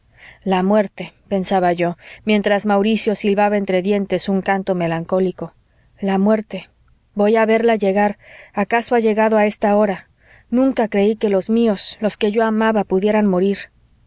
la muerte pensaba yo mientras mauricio silbaba entre dientes un canto melancólico la muerte voy a verla llegar acaso ha llegado a esta hora nunca creí que los míos los que yo amaba pudieran morir